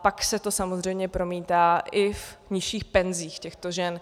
Pak se to samozřejmě promítá i v nižších penzích těchto žen.